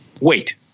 Wait